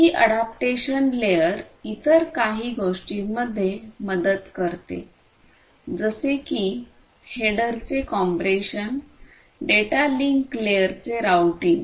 ही adaptation layer इतर काही गोष्टींमध्ये मदत करते जसे की हेडरचे कॉम्प्रेशन डेटा लिंक लेयरचे राऊटिंग